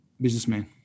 businessman